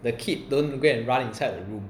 the kid don't go and run inside the room